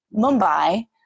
Mumbai